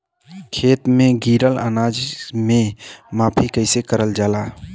खेत में गिरल अनाज के माफ़ी कईसे करल जाला?